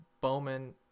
Bowman